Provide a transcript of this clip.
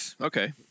okay